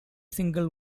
single